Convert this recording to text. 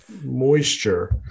moisture